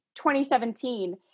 2017